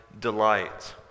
delight